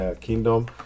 Kingdom